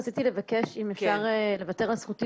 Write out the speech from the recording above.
רציתי לבקש אם אפשר לוותר על זכותי